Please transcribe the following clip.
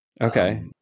Okay